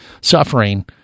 suffering